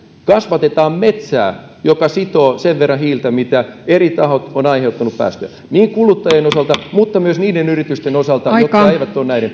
kasvatetaan metsää joka sitoo sen verran hiiltä mitä eri tahot ovat aiheuttaneet päästöjä niin kuluttajien osalta kuin myös niiden yritysten osalta jotka eivät ole näiden